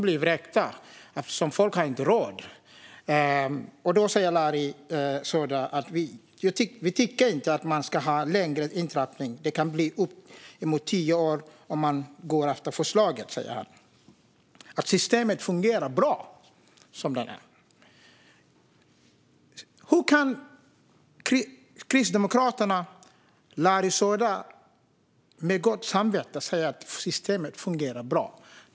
Larry Söder svarade att intrappningen inte ska vara längre eftersom den kan bli uppemot tio år om man går efter förslaget och att nuvarande system fungerar bra. Hur kan kristdemokraten Larry Söder med gott samvete säga att systemet fungerar bra?